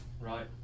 Right